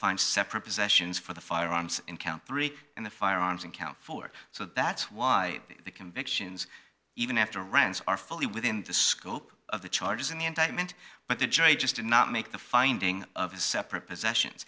find separate possessions for the firearms in count three and the firearms in count four so that's why the convictions even after rounds are fully within the scope of the charges in the indictment but the jury just did not make the finding of his separate possessions